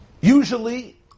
Usually